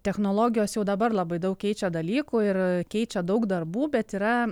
technologijos jau dabar labai daug keičia dalykų ir keičia daug darbų bet yra